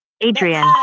Adrian